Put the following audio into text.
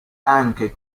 anche